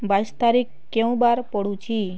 ବାଇଶି ତାରିଖ କେଉଁ ବାର ପଡ଼ୁଛି